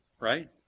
Right